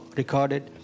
recorded